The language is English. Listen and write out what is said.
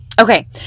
Okay